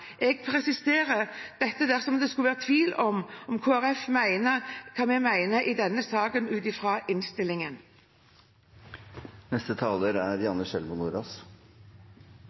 Jeg presiserer dette dersom det skulle være tvil om hva Kristelig Folkeparti mener i denne saken ut fra innstillingen. Senterpartiet er